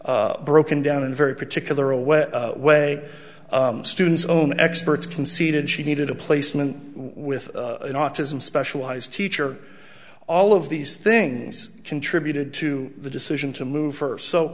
broken down in a very particular away way students own experts conceded she needed a placement with an autism specialized teacher all of these things contributed to the decision to move